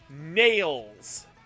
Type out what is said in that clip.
nails